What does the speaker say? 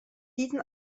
diesen